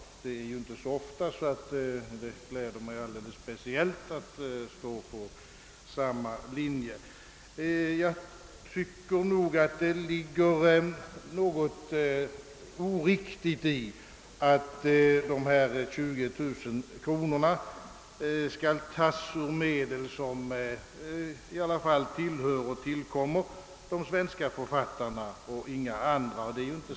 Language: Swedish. Det är inte så ofta jag kan göra det, så det gläder mig alldeles speciellt att vi nu står på samma linje. Det ligger något oriktigt i att dessa 20 000 kronor skall tas ur medel som tillkommer de svenska författarna och inga andra.